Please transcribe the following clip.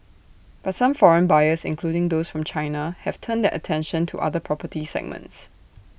but some foreign buyers including those from China have turned their attention to other property segments